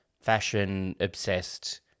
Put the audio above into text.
fashion-obsessed